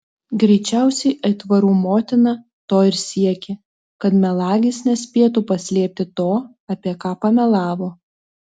greičiausiai aitvarų motina to ir siekė kad melagis nespėtų paslėpti to apie ką pamelavo